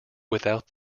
without